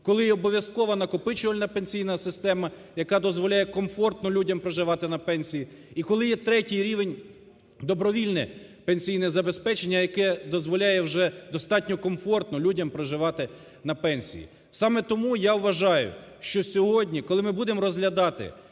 коли є обов'язкова накопичувальна пенсійна система, яка дозволяє комфортно людям проживати на пенсії, і коли є третій рівень – добровільне пенсійне забезпечення, яке дозволяє вже достатньо комфортно людям проживати на пенсії. Саме тому я вважаю, що сьогодні, коли ми будемо розглядати